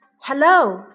Hello